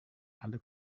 alle